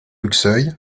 luxeuil